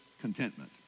contentment